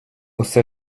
усе